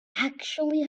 actually